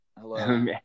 Hello